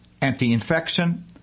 anti-infection